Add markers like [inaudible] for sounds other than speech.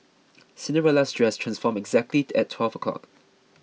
[noise] Cinderella's dress transformed exactly at twelve o'clock